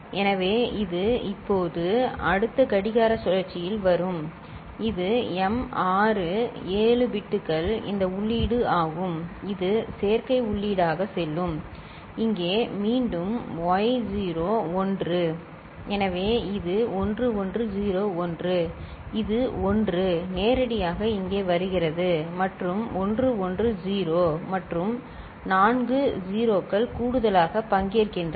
எனவே இது இப்போது அடுத்த கடிகார சுழற்சியில் வரும் இது m6 7 பிட்கள் இந்த உள்ளீடு ஆகும் இது சேர்க்கை உள்ளீடாக செல்லும் இங்கே மீண்டும் y0 1 எனவே இது 1101 இது 1 நேரடியாக இங்கே வருகிறது மற்றும் 110 மற்றும் நான்கு 0 கள் கூடுதலாக பங்கேற்கின்றன